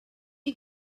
you